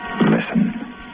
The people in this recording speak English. Listen